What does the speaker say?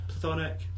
Platonic